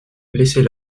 laissez